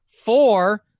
Four